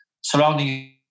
surrounding